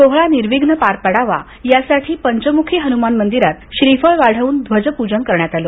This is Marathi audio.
सोहळा निर्विघ्न पार पडावा यासाठी पंचमुखी हनुमान मंदिरात श्रीफळ वाढवून ध्वजपूजन करण्यात आलं